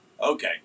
Okay